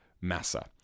Massa